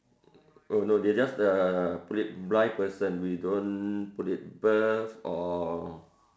oh no they just uh put it blind person we don't put it birth or